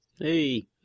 Hey